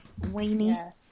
weenie